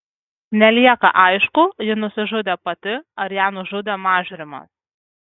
nelieka aišku ji nusižudė pati ar ją nužudė mažrimas